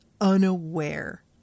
unaware